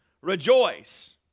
Rejoice